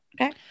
Okay